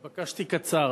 ביקשתי קצר.